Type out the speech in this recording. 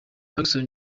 pacson